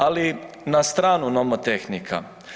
Ali na stranu nomotehnika.